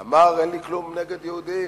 אמר: אין לי כלום נגד יהודים,